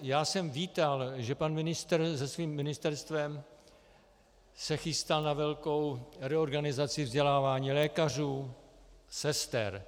Já jsem vítal, že pan ministr se svým ministerstvem se chystal na velkou reorganizaci vzdělávání lékařů, sester.